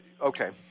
Okay